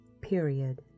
period